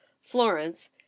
Florence